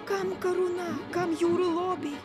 kam karūna kam jūrų lobiai